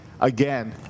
again